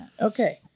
Okay